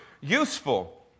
useful